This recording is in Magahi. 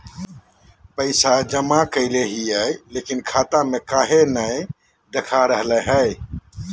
पैसा जमा कैले हिअई, लेकिन खाता में काहे नई देखा रहले हई?